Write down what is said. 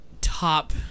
top